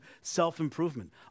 self-improvement